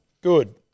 good